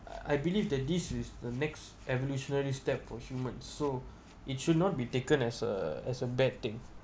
I believe that this is the next evolutionary step for human so it should not be taken as a as a bad thing